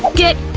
get.